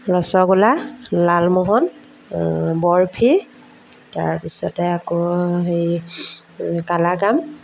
ৰসগোল্লা লালমোহন বৰফি তাৰপিছতে আকৌ হেৰি কালাকান্দ